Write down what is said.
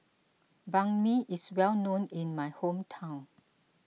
Banh Mi is well known in my hometown